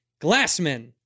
Glassman